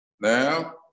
Now